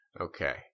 Okay